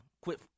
Quit